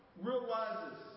realizes